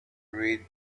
read